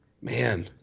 man